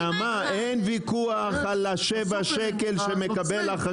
נעמה אין ויכוח על 7 השקלים שמקבל החקלאי.